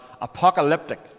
apocalyptic